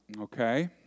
okay